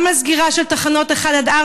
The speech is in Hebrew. גם על סגירה של תחנות 1 4,